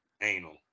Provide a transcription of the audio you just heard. anal